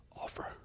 offer